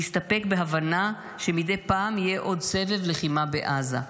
והסתפק בהבנה שמדי פעם יהיה עוד סבב לחימה בעזה.